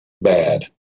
bad